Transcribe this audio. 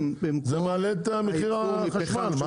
אותן, מעלה את מחיר החשמל.